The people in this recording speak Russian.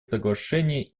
соглашений